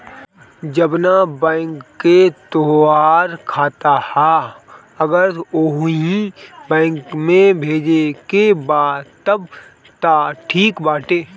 जवना बैंक के तोहार खाता ह अगर ओही बैंक में भेजे के बा तब त ठीक बाटे